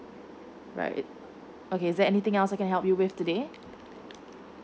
right okay is there anything else I can help you with today